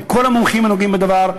עם כל המומחים הנוגעים בדבר,